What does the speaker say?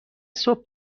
صبح